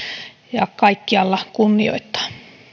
ja kaikkialla kunnioittaa